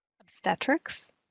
Obstetrics